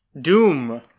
Doom